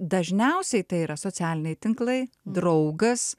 dažniausiai tai yra socialiniai tinklai draugas